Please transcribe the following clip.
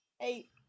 Eight